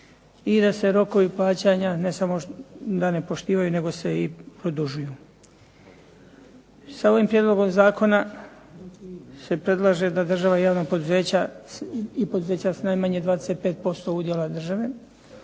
i da se rokovi plaćanja ne samo da ne poštivaju nego se i produžuju. Sa ovim prijedlogom zakona se predlaže da država i javna poduzeća i poduzeća sa najmanje 25% udjela države